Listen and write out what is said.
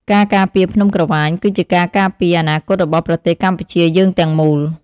ការការពារភ្នំក្រវ៉ាញគឺជាការការពារអនាគតរបស់ប្រទេសកម្ពុជាយើងទាំងមូល។